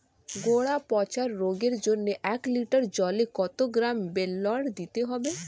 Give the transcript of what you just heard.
গোড়া পচা রোগের জন্য এক লিটার জলে কত গ্রাম বেল্লের দিতে হবে?